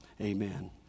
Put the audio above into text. Amen